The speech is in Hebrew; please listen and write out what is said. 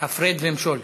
הפרד ומשול.